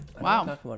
Wow